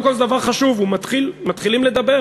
קודם כול, זה דבר חשוב, מתחילים לדבר.